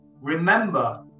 remember